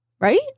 right